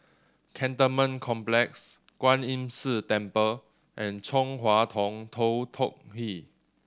Cantonment Complex Kwan Imm See Temple and Chong Hua Tong Tou Teck Hwee